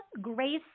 Grace